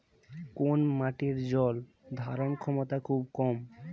কোন মাটির জল ধারণ ক্ষমতা খুব কম?